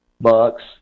bucks